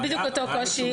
זה בדיוק אותו קושי.